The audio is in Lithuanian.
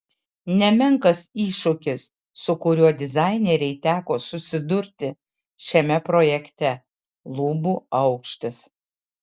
nemenkas iššūkis su kuriuo dizainerei teko susidurti šiame projekte lubų aukštis